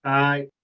i.